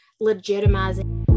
legitimizing